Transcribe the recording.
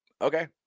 okay